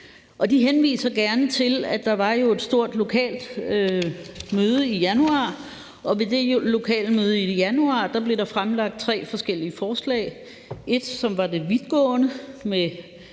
De henviser gerne til, at der var et stort lokalt møde i januar, og på det lokale møde i januar blev der fremlagt tre forskellige forslag: et, som var det vidtgående med